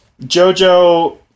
Jojo